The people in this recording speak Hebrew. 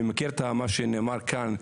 אני מכיר מה שנאמר כאן,